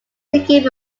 became